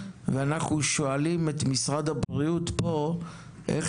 ואנחנו שואלים את משרד הבריאות פה איך